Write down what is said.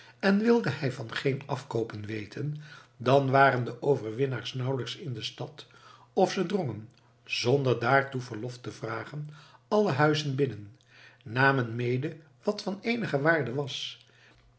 en wilde hij van geen afkoopen weten dan waren de overwinnaars nauwelijks in de stad of ze drongen zonder daartoe verlof te vragen alle huizen binnen namen mede wat van eenige waarde was